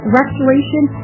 restoration